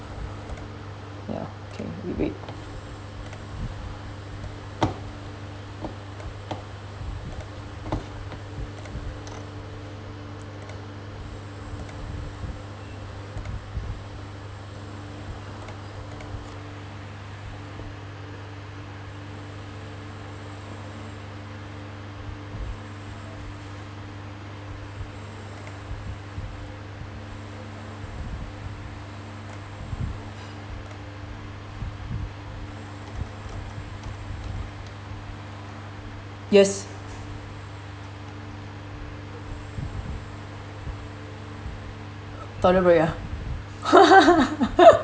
ya okay we wait yes